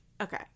okay